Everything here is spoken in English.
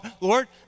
Lord